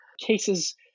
Cases